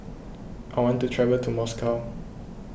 I want to travel to Moscow